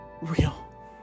real